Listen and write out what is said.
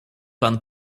pan